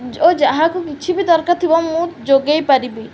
ଓ ଯାହାକୁ କିଛି ବି ଦରକାର ଥିବ ମୁଁ ଯୋଗେଇ ପାରିବି